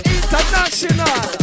International